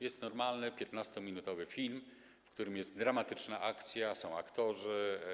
Jest normalny 15-minutowy film, w którym jest dramatyczna akcja, są aktorzy.